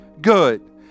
good